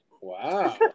Wow